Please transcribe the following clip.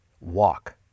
walk